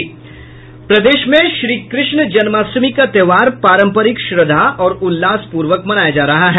प्रदेश में श्री कृष्ण जन्माष्टमी का त्योहार पारंपरिक श्रद्धा और उल्लास पूर्वक मनाया जा रहा है